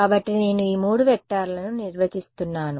కాబట్టి నేను ఈ 3 వెక్టర్లను నిర్వచిస్తున్నాను